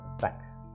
Thanks